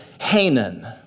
Hanan